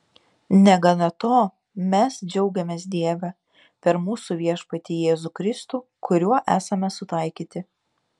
negana to mes džiaugiamės dieve per mūsų viešpatį jėzų kristų kuriuo esame sutaikyti